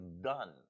done